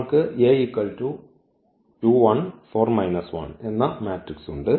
നമ്മൾക്ക് എന്ന മാട്രിക്സ് ഉണ്ട്